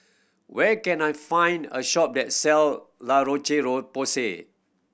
where can I find a shop that sell La Roche Porsay